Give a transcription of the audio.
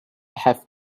have